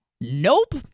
Nope